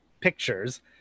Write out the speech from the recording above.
pictures